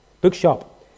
bookshop